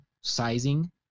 sizing